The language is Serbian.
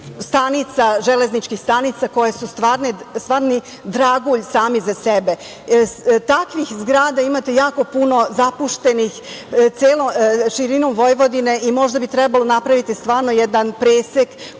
zgradama železničkih stanica koje su stvarno dragulj sami za sebe. Takvih zgrada imate jako puno zapuštenih celom širinom Vojvodine i možda bi trebalo napraviti stvarno jedan presek